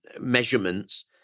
measurements